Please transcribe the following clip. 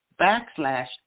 backslash